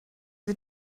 sie